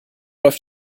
läuft